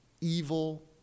evil